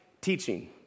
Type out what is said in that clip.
teaching